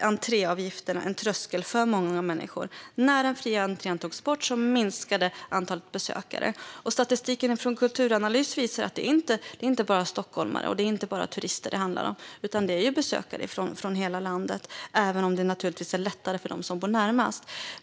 entréavgifterna en tröskel för många människor. När den fria entrén togs bort minskade antalet besökare. Statistiken från Kulturanalys visar att det inte bara är stockholmare och turister det handlar om, utan det är besökare från hela landet, även om det naturligtvis är lättare för dem som bor närmast.